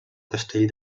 castell